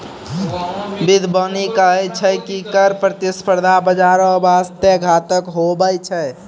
बिद्यबाने कही छै की कर प्रतिस्पर्धा बाजारो बासते घातक हुवै छै